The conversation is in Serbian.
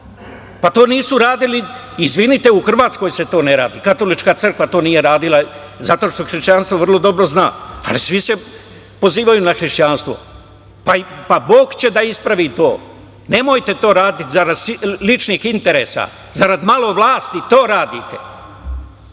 To nisu radili, izvinite, u Hrvatskoj se to ne radi, katolička crkva to nije radila, zato što hrišćanstvo vrlo dobro zna, pa, svi se pozivaju na hrišćanstvo. Bog će da ispravi ti. Nemojte to raditi, zarad ličnih interesa, zarad malo vlasti, to radite. Znam